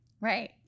Right